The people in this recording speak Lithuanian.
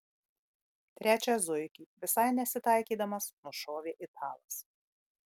trečią zuikį visai nesitaikydamas nušovė italas